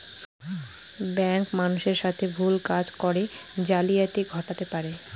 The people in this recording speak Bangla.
ব্যাঙ্ক মানুষের সাথে ভুল কাজ করে জালিয়াতি ঘটাতে পারে